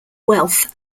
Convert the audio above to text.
wealth